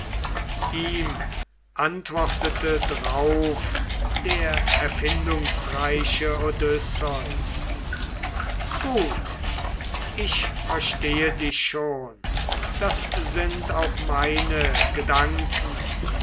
ihm antwortetest du eumaios hüter der schweine gut ich verstehe dich schon das sind auch meine gedanken